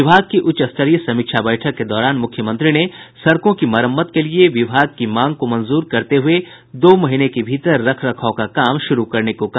विभाग की उच्च स्तरीय समीक्षा बैठक के दौरान मुख्यमंत्री ने सड़कों की मरम्मत के लिये विभाग की मांग को मंजूर करते हुये दो महीने के भीतर रख रखाव का काम शुरू करने को कहा